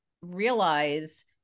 realize